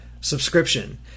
subscription